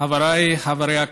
חבריי חברי הכנסת,